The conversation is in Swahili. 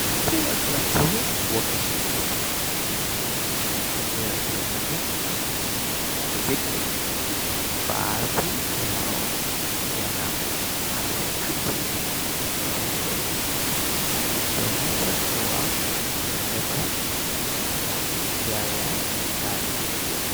Watu watatu wameshika masanduku meupe yaliyoandikwa Zipline, baadhi yana parachuti nyeupe yakionyesha kuwa yameletwa kwa njia ya angani.